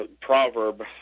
proverb